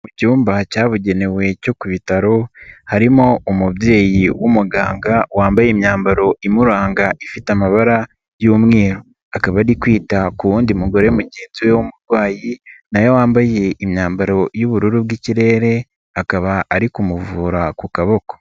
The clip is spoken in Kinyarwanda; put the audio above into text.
Mu cyumba cyabugenewe cyo ku bitaro harimo umubyeyi w'umuganga wambaye imyambaro imuranga ifite amabara y'umweru, akaba ari kwita ku wundi mugore mugenzi we w'umurwayi na we wambaye imyambaro y'ubururu bw'ikirere akaba ari kumuvura ku kaboko.